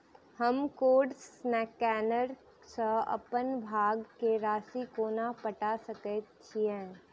हम code scanner सँ अप्पन भाय केँ राशि कोना पठा सकैत छियैन?